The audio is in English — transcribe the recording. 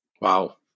Wow